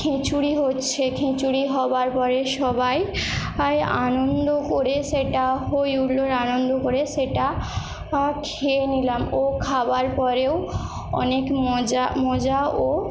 খিচুড়ি হচ্ছে খিচুড়ি হওয়ার পরে সবাই আনন্দ করে সেটা হৈ হুল্লোড় আনন্দ করে সেটা খেয়ে নিলাম ও খাওয়ার পরেও অনেক মজা মজা ও